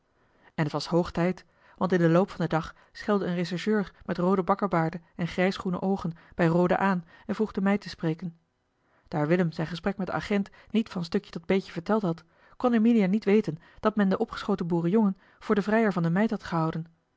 en t was hoog tijd want in den loop van den dag schelde een rechercheur met roode bakkebaarden en grijsgroene oogen bij roda aan en vroeg de meid te spreken daar willem zijn gesprek met den agent niet van stukje tot beetje verteld had kon emilia niet weten dat men den opgeschoten boerenjongen voor den vrijer van de meid had gehouden